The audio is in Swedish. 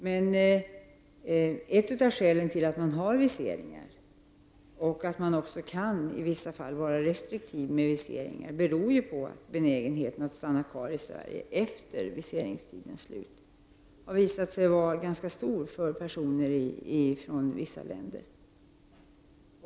Men ett av skälen att vi har viseringar och även i vissa fall kan vara restriktiva med viseringar är ju att benägenheten att stanna kvar i Sverige efter viseringstidens slut har visat sig vara ganska stor för personer från vissa länder.